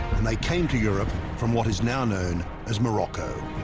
and they came to europe from what is now known as morocco